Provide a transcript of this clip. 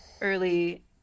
early